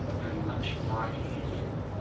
and much mighty hissing.